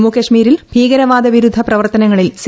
ജമ്മുകാശ്മീരിൽ ഭീകരവാദവിരുദ്ധ പ്രവർത്തനങ്ങളിൽ സി